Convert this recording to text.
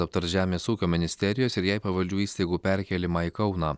aptars žemės ūkio ministerijos ir jai pavaldžių įstaigų perkėlimą į kauną